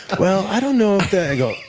well, i don't know, i go,